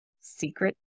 secret